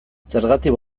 zergatik